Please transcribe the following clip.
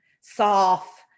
soft